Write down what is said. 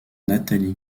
natalie